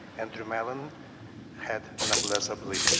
andrew mellon had noblesse oblige.